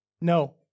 No